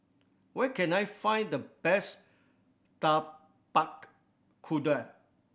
where can I find the best Tapak Kuda